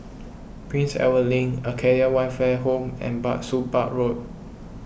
Prince Edward Link Acacia Welfare Home and Bah Soon Bah Road